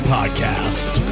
Podcast